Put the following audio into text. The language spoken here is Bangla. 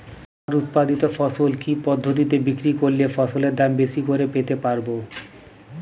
আমার উৎপাদিত ফসল কি পদ্ধতিতে বিক্রি করলে ফসলের দাম বেশি করে পেতে পারবো?